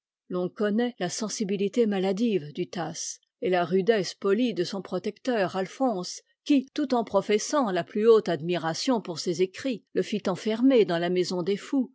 l'on connaît la sensibilité maladive du tasse et la rudesse polie de son protecteur alphonse qui tout en professant la plus haute admiration pour ses écrits le fit enfermer dans la maison des fous